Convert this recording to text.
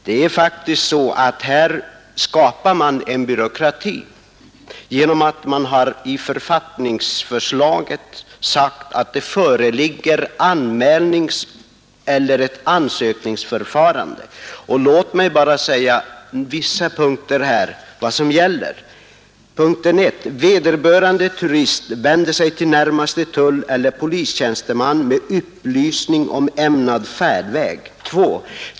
Man skapar nämligen faktiskt en byråkrati genom att man i författningsförslaget har sagt att det föreligger anmälningseller ansökningsförfarande. Låt mig bara läsa upp vissa punkter ur de bestämmelser som skall gälla: 2.